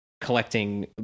collecting